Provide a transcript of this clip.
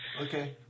Okay